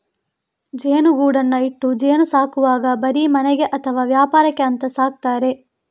ಜೇನುಗೂಡನ್ನ ಇಟ್ಟು ಜೇನು ಸಾಕುವಾಗ ಬರೀ ಮನೆಗೆ ಅಥವಾ ವ್ಯಾಪಾರಕ್ಕೆ ಅಂತ ಸಾಕ್ತಾರೆ